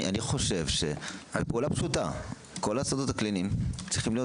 צריכה להיות פעולה פשוטה: כל השדות הקליניים צריכים להיות